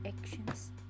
actions